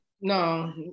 No